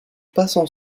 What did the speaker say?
passent